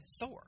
Thor